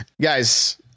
guys